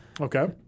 Okay